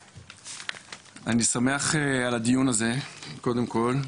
אני שמח על הדיון הזה קודם כל,